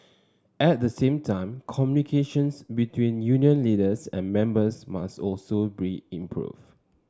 at the same time communications between union leaders and members must also be improved